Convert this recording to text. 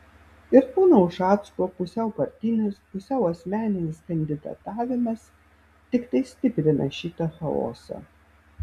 ir pono ušacko pusiau partinis pusiau asmeninis kandidatavimas tiktai stiprina šitą chaosą